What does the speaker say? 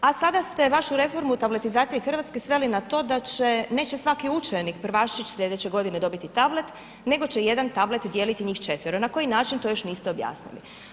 A sada ste vašu reformu tabletizacije Hrvatske, sveli na to, da će, neće svaki učenik, prvašić, sljedeće godine dobiti tablet, nego će jedan tablet dijeliti njih četvero, na koji način, to još niste objasnili.